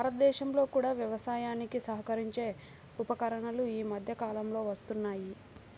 భారతదేశంలో కూడా వ్యవసాయానికి సహకరించే ఉపకరణాలు ఈ మధ్య కాలంలో వస్తున్నాయి